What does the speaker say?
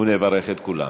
ונברך את כולם.